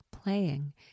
Playing